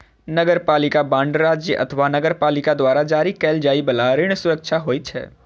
नगरपालिका बांड राज्य अथवा नगरपालिका द्वारा जारी कैल जाइ बला ऋण सुरक्षा होइ छै